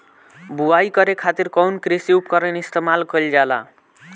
बुआई करे खातिर कउन कृषी उपकरण इस्तेमाल कईल जाला?